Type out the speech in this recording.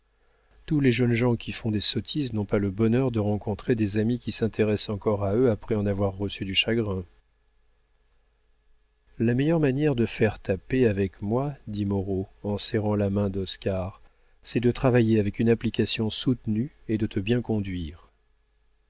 tous les jeunes gens qui font des sottises n'ont pas le bonheur de rencontrer des amis qui s'intéressent encore à eux après en avoir reçu du chagrin la meilleure manière de faire ta paix avec moi dit moreau en serrant la main d'oscar c'est de travailler avec une application soutenue et de te bien conduire